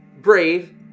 brave